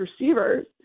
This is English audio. receivers